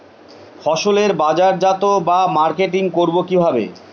ফসলের বাজারজাত বা মার্কেটিং করব কিভাবে?